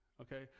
okay